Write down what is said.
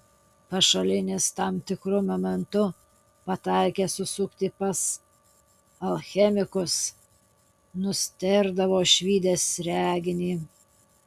pašalinis tam tikru momentu pataikęs užsukti pas alchemikus nustėrdavo išvydęs reginį